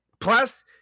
Plus